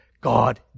God